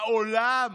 בעולם